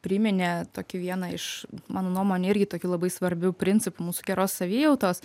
priminė tokį vieną iš mano nuomone irgi tokių labai svarbių principų mūsų geros savijautos